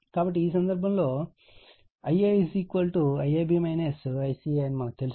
కాబట్టి ఈ సందర్భంలో Ia IAB ICA అని మనకు తెలుసు